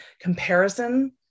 comparison